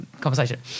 conversation